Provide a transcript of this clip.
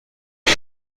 گشت